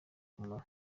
kumara